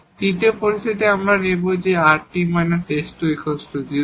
তৃতীয় পরিস্থিতি আমরা নেব যখন এই rt − s2 0